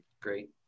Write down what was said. great